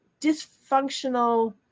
dysfunctional